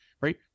right